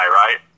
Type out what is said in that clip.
right